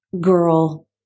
girl